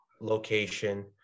location